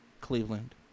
Cleveland